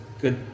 good